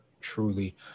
truly